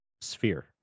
sphere